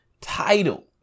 title